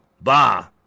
Bah